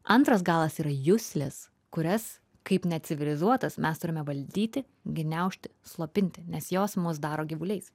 antras galas yra juslės kurias kaip necivilizuotas mes turime valdyti gniaužti slopinti nes jos mus daro gyvuliais